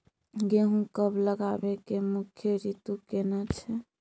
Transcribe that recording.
गेहूं कब लगाबै के मुख्य रीतु केना छै?